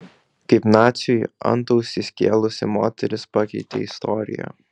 kaip naciui antausį skėlusi moteris pakeitė istoriją